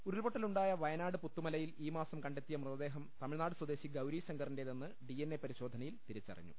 ഉരുൾപൊട്ടലുണ്ടായ വയനാട് പുത്തുമലയിൽ ഈ മാസം കണ്ടെത്തിയ മൃതദേഹം തമിഴ്നാട് സ്വദേശി ഗൌരീശങ്കറി ന്റേതെന്നു ഡിഎൻഎ പരിശോധനയിൽ തിരിച്ചറിഞ്ഞു